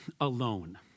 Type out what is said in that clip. alone